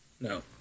no